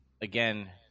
again